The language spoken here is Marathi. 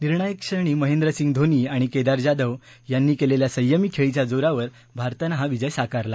निर्णायक क्षणी महिंद्रसिंग धोनी आणि केदार जाधव यांनी केलेल्या संयमी खेळीच्या जोरावर भारतानं हा विजय साकारला